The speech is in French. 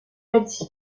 pas